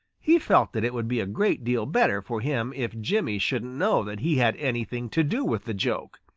he felt that it would be a great deal better for him if jimmy shouldn't know that he had anything to do with the joke.